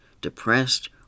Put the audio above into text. depressed